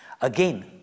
Again